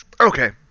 Okay